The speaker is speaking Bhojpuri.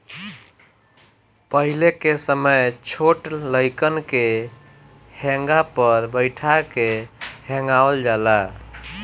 पहिले के समय छोट लइकन के हेंगा पर बइठा के हेंगावल जाला